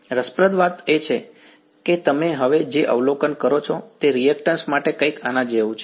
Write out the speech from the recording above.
રસપ્રદ વાત એ છે કે તમે હવે જે અવલોકન કરો છો તે રીએક્ટન્શ માટે કંઈક આના જેવું છે